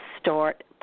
Start